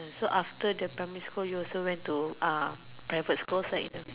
so after the primary school you also went to uh private school right